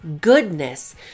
goodness